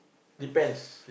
depends